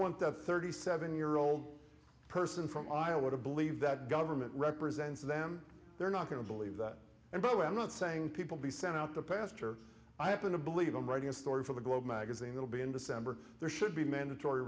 want that thirty seven year old person from iowa to believe that government represents them they're not going to believe that and no i'm not saying people be sent out to pasture i happen to believe i'm writing a story for the globe magazine it'll be in december there should be mandatory